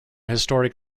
historic